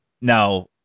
Now